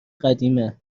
قدیمه